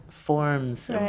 forms